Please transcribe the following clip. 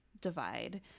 divide